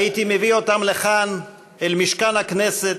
הייתי מביא אותם לכאן, אל משכן הכנסת,